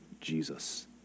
Jesus